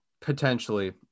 potentially